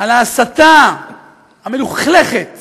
על ההסתה המלוכלכת